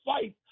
fight